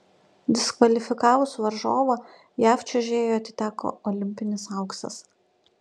diskvalifikavus varžovą jav čiuožėjui atiteko olimpinis auksas